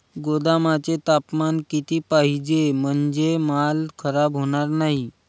गोदामाचे तापमान किती पाहिजे? म्हणजे माल खराब होणार नाही?